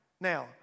Now